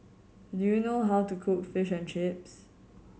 do you know how to cook Fish and Chips